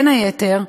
בין היתר,